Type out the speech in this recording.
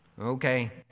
Okay